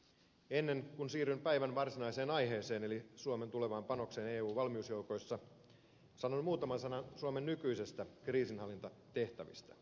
ennen kuin siirryn päivän varsinaiseen aiheeseen eli suomen tulevaan panokseen eun valmiusjoukoissa sanon muutaman sanan suomen nykyisistä kriisinhallintatehtävistä